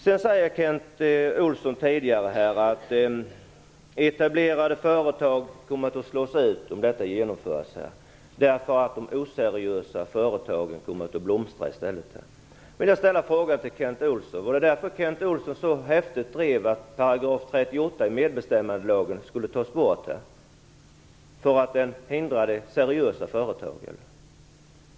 Kent Olsson sade tidigare att etablerade företag kommer att slås ut om detta genomförs, därför att de oseriösa företagen kommer att blomstra i stället. Jag vill ställa en fråga till Kent Olsson: Var det därför Kent Olsson så häftigt drev att 38 § i medbestämmandelagen skulle tas bort, för att den hindrade seriösa företagare?